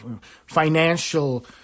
financial